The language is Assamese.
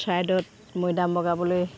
চৰাইদেউত মৈদাম বগাবলৈ